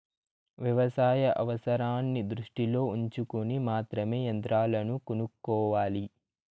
వ్యవసాయ అవసరాన్ని దృష్టిలో ఉంచుకొని మాత్రమే యంత్రాలను కొనుక్కోవాలి